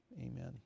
amen